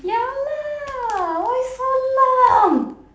ya lah why so long